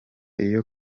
iyo